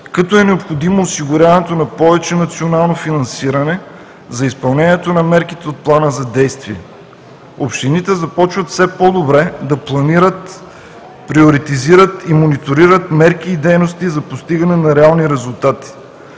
като е необходимо осигуряването на повече национално финансиране за изпълнението на мерките от Плана за действие. Общините започват все по-добре да планират, приоритизират и мониторират мерки и дейности за постигане на реални резултати.